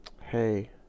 hey